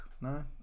No